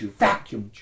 vacuum